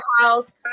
house